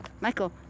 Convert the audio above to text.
michael